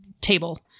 table